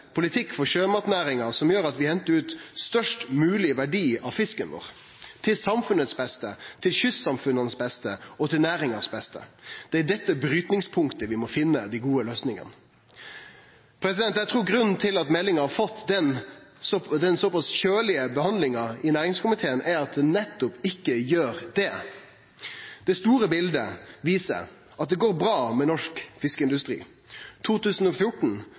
politikk for sjømatnæringa som gjer at vi hentar ut størst mogleg verdi av fisken vår, til samfunnets beste, til kystsamfunna sitt beste og til næringa sitt beste. Det er i dette brytningpunktet vi må finne dei gode løysingane. Eg trur grunnen til at meldinga har fått ei såpass kjølig behandling i næringskomiteen, er at ho nettopp ikkje gjer det. Det store bildet viser at det går bra med norsk fiskeindustri. 2014